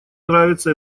нравится